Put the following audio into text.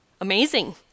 Amazing